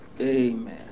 Amen